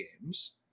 games